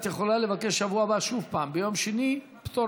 את יכולה לבקש בשבוע הבא עוד פעם ביום שני פטור